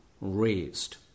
raised